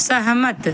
सहमत